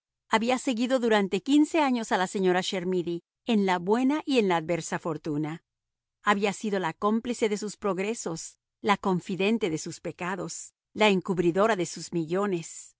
había seguido durante quince años a la señora chermidy en la buena y en la adversa fortuna había sido la cómplice de sus progresos la confidente de sus pecados la encubridora de sus millones